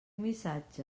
missatge